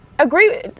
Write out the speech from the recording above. Agree